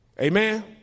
Amen